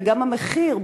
וגם המחיר,